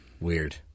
Weird